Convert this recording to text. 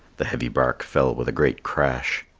the heavy bark fell with a great crash.